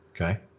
Okay